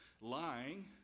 lying